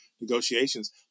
negotiations